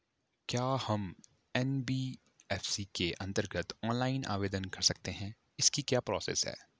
क्या हम एन.बी.एफ.सी के अन्तर्गत ऑनलाइन आवेदन कर सकते हैं इसकी क्या प्रोसेस है?